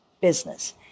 business